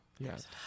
Yes